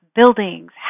buildings